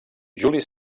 juli